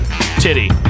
Titty